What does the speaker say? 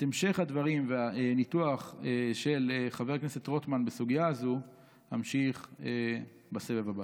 את המשך הדברים והניתוח של חבר הכנסת רוטמן בסוגיה הזו אמשיך בסבב הבא.